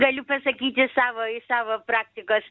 galiu pasakyti savo iš savo praktikos